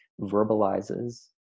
verbalizes